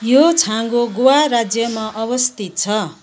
यो छाँगो गोवा राज्यमा अवस्थित छ